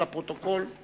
לכן התשובה היא לפרוטוקול.